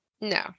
No